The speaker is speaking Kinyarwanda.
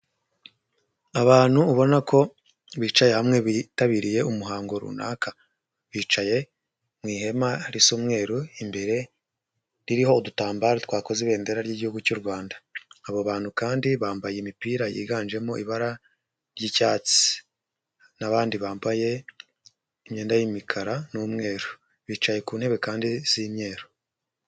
Abantu ubona ko bicaye hamwe bitabiriye umuhango runaka, bicaye mu ihema risa umweru, imbere ririho udutambaro twakoze ibendera ry'igihugu cy'u Rwanda, abo bantu kandi bambaye imipira yiganjemo ibara ry'icyatsi n'abandi bambaye imyenda y'imikara n'umweru, bicaye ku ntebe kandi z'imyeru.